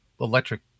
electric